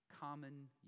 common